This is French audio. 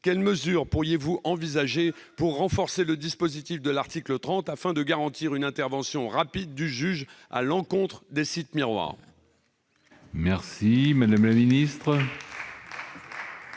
quelle mesure pourriez-vous envisager pour renforcer le dispositif de l'article 30, afin de garantir une intervention rapide du juge à l'encontre de ces sites ?